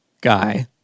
Guy